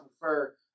prefer